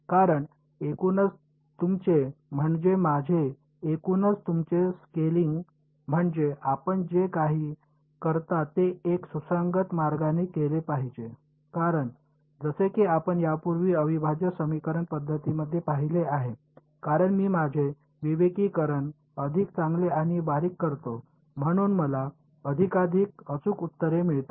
कारण एकूणच तुमचे म्हणजे माझे एकूणच तुमचे स्केलिंग म्हणजे आपण जे काही करता ते एक सुसंगत मार्गाने केले पाहिजे कारण जसे की आपण यापूर्वी अविभाज्य समीकरण पद्धतींमध्ये पाहिले आहे कारण मी माझे विवेकीकरण अधिक चांगले आणि बारीक करतो म्हणून मला अधिकाधिक अचूक उत्तरे मिळतात